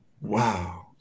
Wow